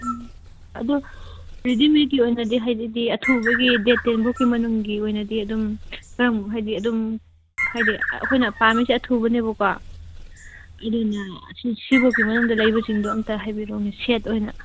ꯎꯝ ꯑꯗꯨ ꯔꯦꯗꯤꯃꯦꯠꯀꯤ ꯑꯣꯏꯅꯗꯤ ꯍꯥꯏꯕꯗꯤ ꯑꯊꯨꯕꯒꯤ ꯗꯦꯗ ꯇꯦꯟ ꯐꯥꯎꯀꯤ ꯃꯅꯨꯡꯒꯤ ꯑꯣꯏꯅꯗꯤ ꯑꯗꯨꯝ ꯍꯥꯏꯗꯤ ꯑꯗꯨꯝ ꯍꯥꯏꯗꯤ ꯑꯩꯈꯣꯏꯅ ꯄꯥꯝꯃꯤꯁꯦ ꯑꯊꯨꯕꯒꯤꯅꯦꯕꯀꯣ ꯑꯗꯨꯅ ꯁꯤ ꯐꯥꯎꯒꯤ ꯃꯅꯨꯡꯗ ꯂꯩꯕꯁꯤꯡꯗꯣ ꯑꯃꯨꯛꯇ ꯍꯥꯏꯕꯤꯔꯛꯎꯅꯦ ꯁꯦꯠ ꯑꯣꯏꯅ